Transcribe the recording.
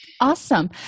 Awesome